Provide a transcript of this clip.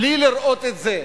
בלי לראות את זה,